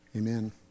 Amen